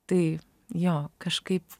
tai jo kažkaip